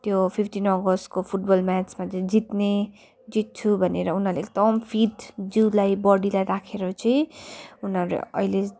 त्यो फिफ्टिन अगस्तको फुटबल म्याचमा चाहिँ जित्ने जित्छु भनेर उनीहरूले एकदम फिट जिउलाई बडीलाई राखेर चाहिँ उनीहरू अहिले